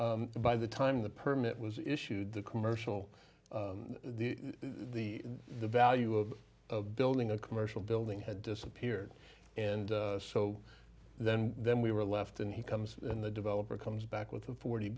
by the time the permit was issued the commercial the the the value of of building a commercial building had disappeared and so then then we were left and he comes in the developer comes back with of for